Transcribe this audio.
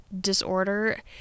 disorder